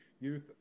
youth